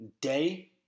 day